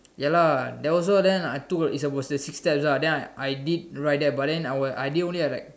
ya lah there was also then I took a it's about the six steps ah then I I did write that but then I were I didn't only had like